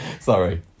Sorry